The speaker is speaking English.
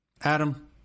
Adam